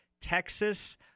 Texas